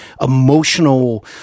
emotional